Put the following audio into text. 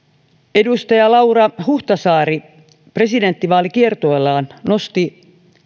edustaja laura huhtasaari presidenttivaalikiertueellaan nosti